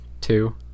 two